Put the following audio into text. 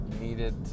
needed